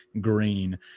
green